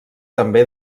també